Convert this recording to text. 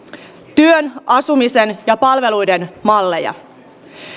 työn asumisen ja palveluiden malleja